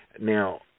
Now